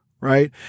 right